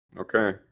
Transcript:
Okay